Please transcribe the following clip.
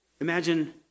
imagine